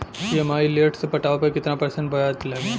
EMI late से पटावे पर कितना परसेंट ब्याज लगी?